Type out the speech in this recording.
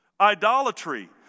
Idolatry